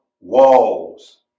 walls